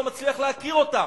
ואני לא מצליח להכיר אותה.